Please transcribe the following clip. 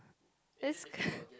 this